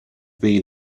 been